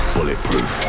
Bulletproof